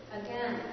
again